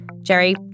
Jerry